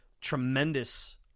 tremendous